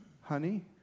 Honey